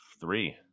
three